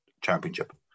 championship